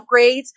upgrades